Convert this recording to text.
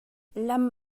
lam